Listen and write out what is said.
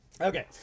Okay